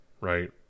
right